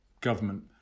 government